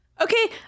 Okay